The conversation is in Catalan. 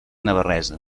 navarresa